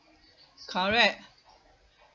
correct